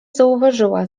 zauważyła